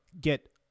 get